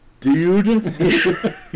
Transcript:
dude